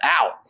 out